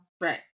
Right